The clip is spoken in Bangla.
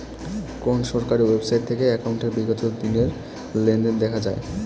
কোন সরকারি ওয়েবসাইট থেকে একাউন্টের বিগত দিনের লেনদেন দেখা যায়?